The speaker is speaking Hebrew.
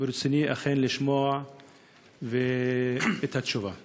ברצוני אכן לשמוע את התשובה.